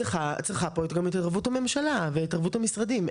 צריכה פה גם את התערבות הממשלה ואת התערבות המשרדים הממשלתיים,